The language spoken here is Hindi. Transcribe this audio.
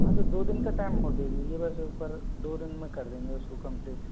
हाँ तो दो दिन टाइम और दे दीजिए बस ऊपर दो दिन में कर देंगे उसको कम्पलीट